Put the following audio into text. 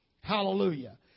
Hallelujah